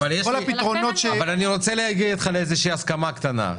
אני רוצה להגיע אתך להסכמה קטנה.